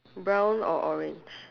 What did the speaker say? brown or orange